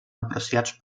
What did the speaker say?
apreciats